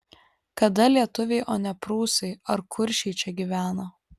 kada lietuviai o ne prūsai ar kuršiai čia gyveno